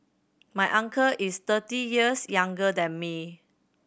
my uncle is thirty years younger than me